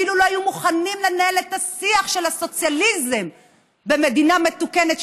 אפילו לא היו מוכנים לנהל את השיח של הסוציאליזם במדינה מתוקנת,